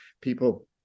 people